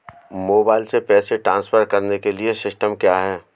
Mobile से पैसे transfer करने के लिए सिस्टम क्या है?